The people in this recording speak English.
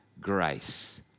grace